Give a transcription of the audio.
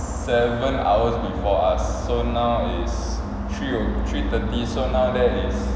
seven hours before us so now is three O three thirty so now there is